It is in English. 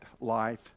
life